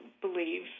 believe